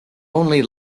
only